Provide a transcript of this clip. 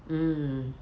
mm